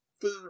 food